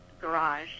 garage